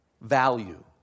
Value